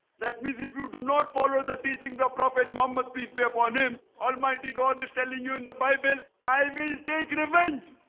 that means if you do not follow the teachings of prophet muhammad peace be upon him almighty god is telling you in the bible i will take revenge